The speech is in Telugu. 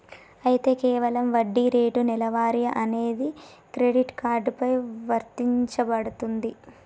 అయితే కేవలం వడ్డీ రేటు నెలవారీ అనేది క్రెడిట్ కార్డు పై వర్తించబడుతుంది